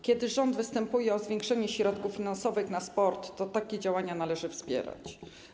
Kiedy rząd występuje o zwiększenie środków finansowych na sport, to takie działania należy wspierać.